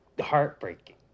heartbreaking